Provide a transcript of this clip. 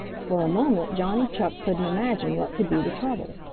for a moment johnny chuck couldn't imagine what could be the trouble.